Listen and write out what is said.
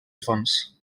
fons